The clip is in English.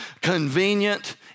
convenient